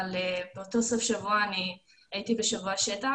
אבל באותו סוף שבוע הייתי בשבוע שטח,